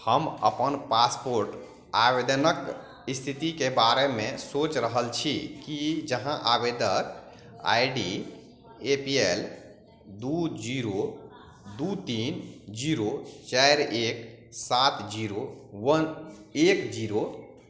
हम अपन पासपोर्ट आवेदनक स्थितिके बारेमे सोचि रहल छी कि जहाँ आवेदक I D A P L दू जीरो दू तीन जीरो चारि एक सात जीरो वन एक जीरो